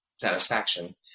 satisfaction